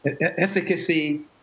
efficacy